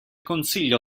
consiglio